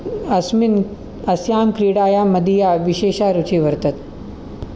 अस्मिन् अस्यां क्रीडायां मदीया विशेषा रुचिर्वर्तते